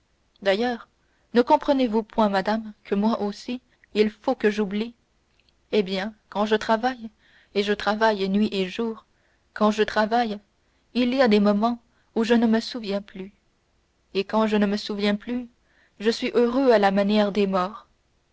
d'ailleurs ne comprenez-vous point madame que moi aussi il faut que j'oublie eh bien quand je travaille et je travaille nuit et jour quand je travaille il y a des moments où je ne me souviens plus et quand je ne me souviens plus je suis heureux à la manière des morts